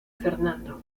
fernando